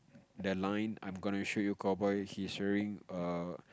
the line I'm gonna shoot you cowboy he's wearing err